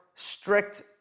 strict